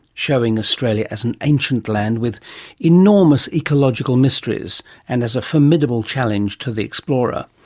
showing australia as an ancient land with enormous ecological mysteries and as a formidable challenge to the explorer.